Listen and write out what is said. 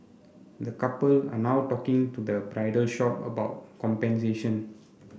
the couple are now talking to the bridal shop about compensation